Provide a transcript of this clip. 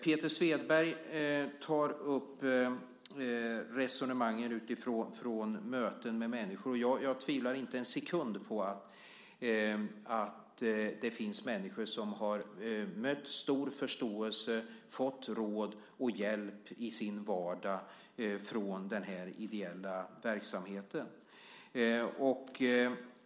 Per Svedberg tar upp resonemanget utifrån möten med människor. Ja, jag tvivlar inte en sekund på att det finns människor som har mött stor förståelse och har fått råd och hjälp i sin vardag från den här ideella verksamheten.